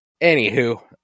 anywho